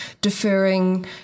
deferring